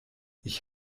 ich